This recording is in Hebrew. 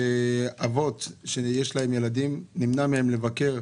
יש אבות שיש להם ילדים ונמנע מהם לבקר,